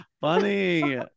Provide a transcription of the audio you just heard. funny